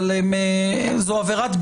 אבל העבירה היא עבירת ביטוי,